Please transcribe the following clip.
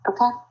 Okay